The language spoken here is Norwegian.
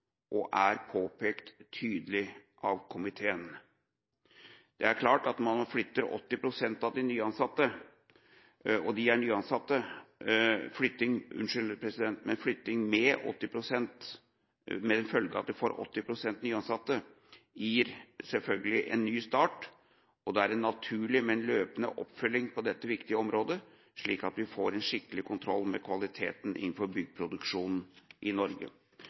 og er påpekt tydelig av komiteen. Det er klart at flytting med den følge at en får 80 pst. nyansatte, gir selvfølgelig en ny start, og da er det naturlig med en løpende oppfølging på dette viktige området, slik at vi får en skikkelig kontroll med kvaliteten innenfor byggproduksjonen i Norge.